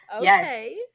Okay